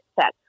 set